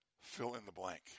fill-in-the-blank